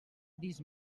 dis